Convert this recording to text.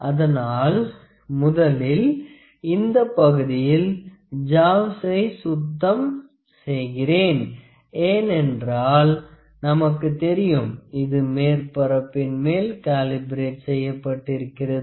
அதனால் முதலில் இந்த பகுதியில் ஜாவ்சை சுத்தம் செய்கிறேன் ஏனென்றால் நமக்கு தெரியும் இது மேற்பரப்ப்பின் மேல் காலிபரேட் செய்யப்பட்டிருக்கிறது